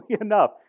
enough